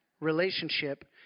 relationship